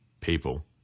People